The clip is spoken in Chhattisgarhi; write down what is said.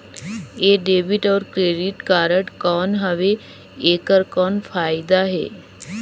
ये डेबिट अउ क्रेडिट कारड कौन हवे एकर कौन फाइदा हे?